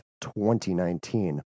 2019